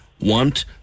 want